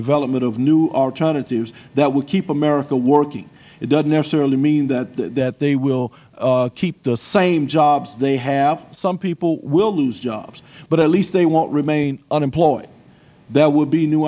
development of new alternatives that would keep america working it doesn't necessarily mean that they will keep the same jobs they have some people will lose jobs but at least they won't remain unemployed there will be new